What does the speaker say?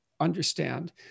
understand